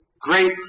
great